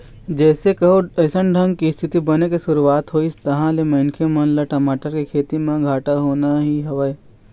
जइसे कहूँ अइसन ढंग के इस्थिति बने के शुरुवात होइस तहाँ ले मनखे मन ल टमाटर के खेती म घाटा होना ही हवय